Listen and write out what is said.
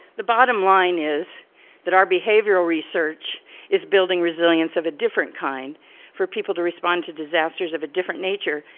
the bottom line is that our behavioral research is building resilience of a different kind for people to respond to disasters of a different nature.